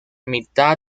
mitad